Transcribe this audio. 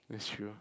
that's true